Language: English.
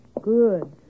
Good